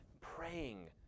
praying